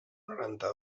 noranta